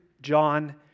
John